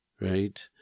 right